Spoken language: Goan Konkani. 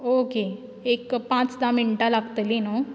ओके एक पांच धा मिनटां लागतलीं न्हूं